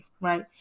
right